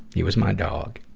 he was my dog.